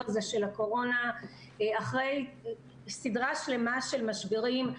הזה של הקורונה אחרי סדרה שלמה של משברים.